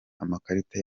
amakarita